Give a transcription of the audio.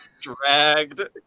Dragged